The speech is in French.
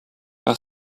par